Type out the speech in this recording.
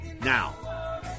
Now